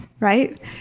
right